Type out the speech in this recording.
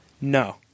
No